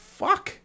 fuck